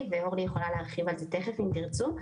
ואורלי יכולה להרחיב על זה תיכף אם תרצו.